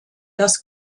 das